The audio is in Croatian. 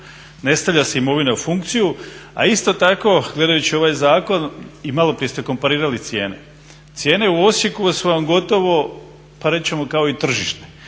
ne stavlja se imovina u funkciju. A isto tako gledajući ovaj zakon i maloprije ste komparirali cijene, cijene u Osijeku su vam gotovo pa reći ćemo kao i tržišne